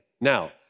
Now